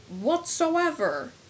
whatsoever